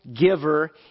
giver